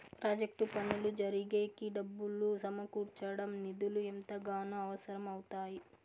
project పనులు జరిగేకి డబ్బులు సమకూర్చడం నిధులు ఎంతగానో అవసరం అవుతాయి